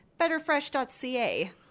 Betterfresh.ca